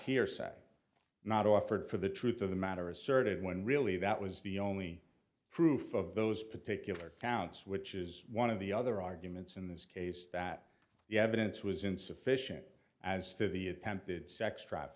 hearsay not offered for the truth of the matter asserted when really that was the only proof of those particular counts which is one of the other arguments in this case that the evidence was insufficient as to the attempted sex